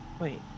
Wait